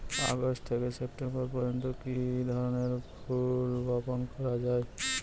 August থেকে September পর্যন্ত কি ধরনের ফুল বপন করা যায়?